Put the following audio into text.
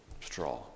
straw